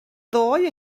ddoe